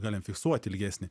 galim fiksuot ilgesnį